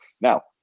Now